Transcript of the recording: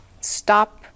stop